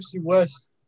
West